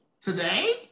Today